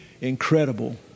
incredible